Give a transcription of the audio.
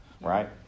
right